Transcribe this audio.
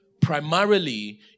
primarily